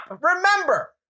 remember